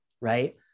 right